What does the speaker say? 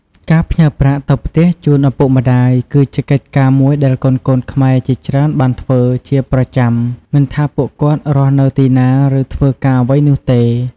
ការផ្ញើប្រាក់ទៅផ្ទះជូនឪពុកម្ដាយ គឺជាកិច្ចការមួយដែលកូនៗខ្មែរជាច្រើនបានធ្វើជាប្រចាំ មិនថាពួកគាត់រស់នៅទីណា ឬធ្វើការអ្វីនោះទេ។